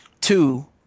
Two